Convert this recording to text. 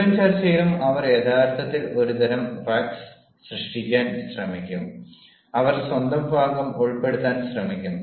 മുഴുവൻ ചർച്ചയിലും അവർ യഥാർത്ഥത്തിൽ ഒരുതരം റക്കസ് സൃഷ്ടിക്കാൻ ശ്രമിക്കും അവർ സ്വന്തം ഭാഗം ഉൾപ്പെടുത്താൻ ശ്രമിക്കും